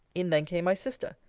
in then came my sister.